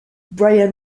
brian